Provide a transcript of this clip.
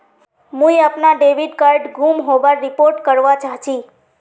मुई अपना debit card गूम होबार रिपोर्ट करवा चहची